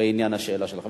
השאלה שלך.